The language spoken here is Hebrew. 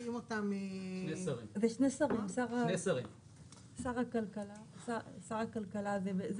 זה שר הכלכלה ושר הבריאות.